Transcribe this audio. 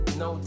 no